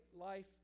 life